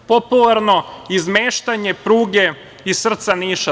Popularno izmeštanje pruge iz srca Niša.